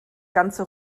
ganze